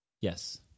yes